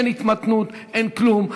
אין התמתנות, אין כלום.